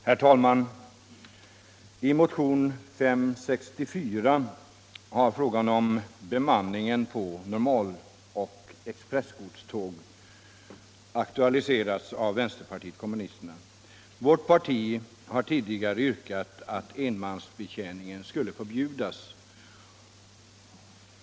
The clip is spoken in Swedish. Herr talman! I motionen 564 har frågan om bemanning på normaloch expressgodståg aktualiserats av vänsterpartiet kommunisterna. Vårt parti har redan tidigare yrkat att enmansbetjäning skulle förbjudas.